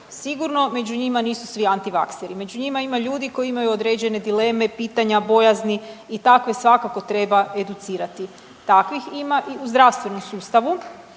sigurno među njima nisu svi antivakseri. Među njima ima ljudi koji imaju određene dileme, i pitanja, bojazni i takve svakako treba educirati. Takvih ima i u zdravstvenom sustavu.